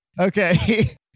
Okay